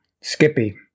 Skippy